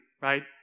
right